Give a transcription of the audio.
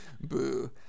Boo